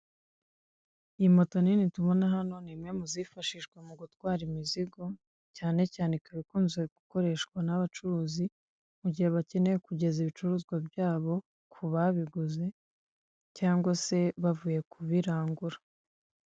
Iyi moto nini tubona hano ni imwe muzifashishwa mu gutwara imizigo cyane cyane ikaba ikunzwe gukoreshwa n'abacuruzi mu gihe bakeneye kugeza ibicuruzwa byabo ku babiguze cyangwa se bavuye kubirangura.